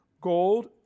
gold